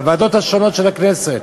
בוועדות השונות של הכנסת,